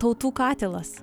tautų katilas